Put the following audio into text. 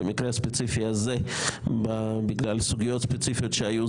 במקרה הספציפי הזה בגלל סוגיות ספציפיות שהיו,